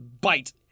bite